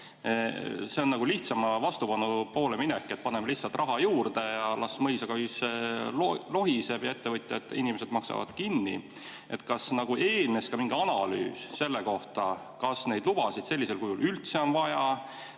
See on nagu lihtsama vastupanu teed minek, et paneme lihtsalt raha juurde, las mõisa köis lohiseb ning ettevõtjad ja inimesed maksavad kinni. Kas eelnes ka mingi analüüs selle kohta, kas neid lubasid sellisel kujul üldse on vaja,